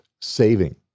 saving